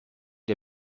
der